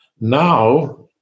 Now